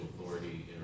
authority